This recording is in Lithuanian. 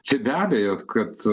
čia be abejo kad